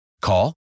Call